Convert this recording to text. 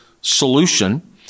solution